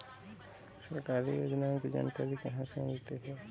सरकारी योजनाओं की जानकारी कहाँ से मिलती है?